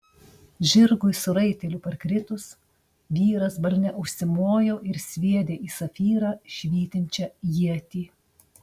žirgui su raiteliu parkritus vyras balne užsimojo ir sviedė į safyrą švytinčią ietį